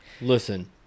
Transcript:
Listen